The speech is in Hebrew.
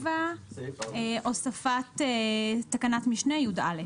מי בעד הוספת תקנת משנה (יא)?